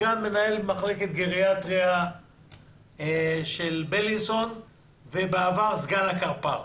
סגן מנהל מחלקת גריאטריה בבילינסון ובעבר סגן הקרפ"ר,